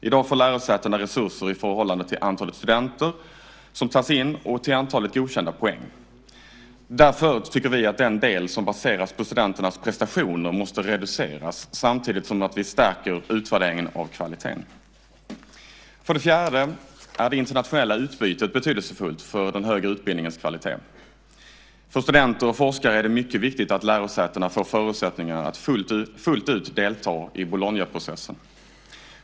I dag får lärosätena resurser i förhållande till antalet studenter som tas in och antalet godkända poäng. Därför tycker vi att den del som baseras på studenternas prestationer måste reduceras samtidigt som vi stärker utvärderingen av kvaliteten. För det fjärde är det internationella utbytet betydelsefullt för den högre utbildningens kvalitet. För studenter och forskare är det mycket viktigt att lärosätena får förutsättningar att fullt ut delta i Bolognaprocessen.